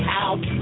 out